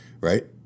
Right